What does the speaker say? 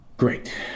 Great